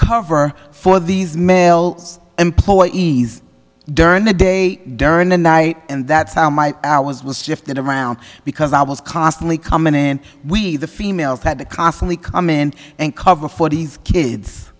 cover for these mails employees during the day during the night and that's how my hours was shifted around because i was constantly coming in we the females had to constantly come in and cover for these kids